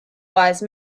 wise